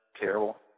terrible